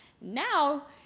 Now